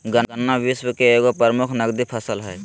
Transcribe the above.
गन्ना विश्व के एगो प्रमुख नकदी फसल हइ